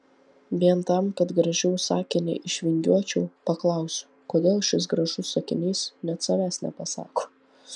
vien tam kad gražiau sakinį išvingiuočiau paklausiu kodėl šis gražus sakinys net savęs nepasako